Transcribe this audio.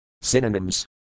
Synonyms